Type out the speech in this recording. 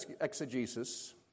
exegesis